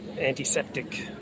antiseptic